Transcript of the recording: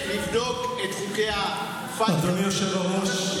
אדוני היושב-ראש,